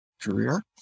...career